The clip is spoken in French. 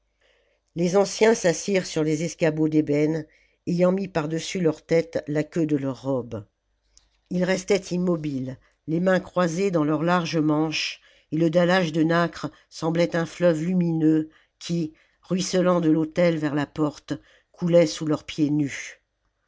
les anciens s'assirent sur les escabeaux d'ébène ayant mis par-dessus leur tête la queue de leurs robes ils restaient immobiles les mains croisées dans leurs larges manches et le dallage de nacre semblait un fleuve lumineux qui ruisselant de l'autel vers la porte coulait sous leurs pieds nus